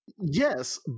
yes